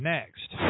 Next